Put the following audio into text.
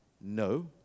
No